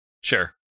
Sure